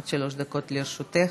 עד שלוש דקות לרשותך.